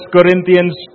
Corinthians